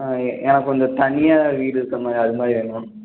ஆ எ எனக்குக் கொஞ்சம் தனியாக வீடு இருக்கிற மாதிரி அது மாதிரி வேணும்